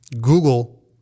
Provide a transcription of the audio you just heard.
Google